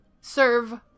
serve